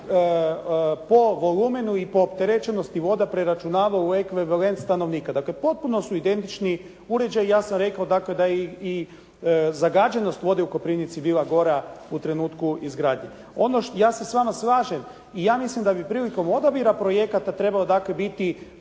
po volumenu i po opterećenosti voda preračunava u ekvivalent stanovnika. Dakle, potpuno su identični uređaji i ja sam rekao dakle da i zagađenost vode u Koprivnici bila gora u trenutku izgradnje. Ja se s vama slažem i ja mislim da bi prilikom odabira projekata trebalo